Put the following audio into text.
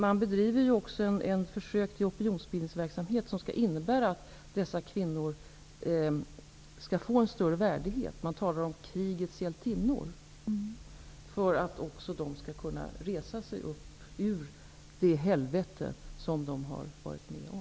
Det bedrivs också en opinionsbildande verksamhet som går ut på att dessa kvinnor skall få en större värdighet. Man talar om ''krigets hjältinnor'' för att också dessa kvinnor skall kunna resa sig upp ur det helvete som de har varit med om.